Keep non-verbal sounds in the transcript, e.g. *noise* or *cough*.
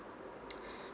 *noise*